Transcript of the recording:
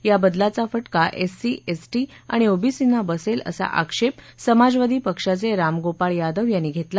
या बदलाचा फटका एससी एसटी आणि ओबीसींना बसेल असा आक्षेप समाजवादी पक्षाचे रामगोपाळ यादव यांनी घेतला